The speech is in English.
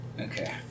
Okay